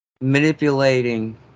manipulating